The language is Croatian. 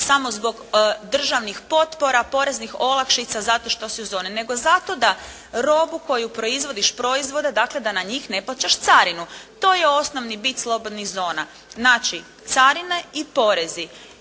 samo zbog državnih potpora, poreznih olakšica zato što si u zoni, nego zato da robu koju proizvodiš, proizvode dakle da na njih ne plaćaš carinu. To je osnovni bit slobodnih zona. Znači, carine i porezi